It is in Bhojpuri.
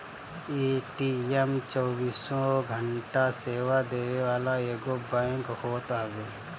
ए.टी.एम चौबीसों घंटा सेवा देवे वाला एगो बैंक होत हवे